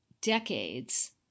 decades